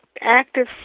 active